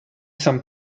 some